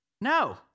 No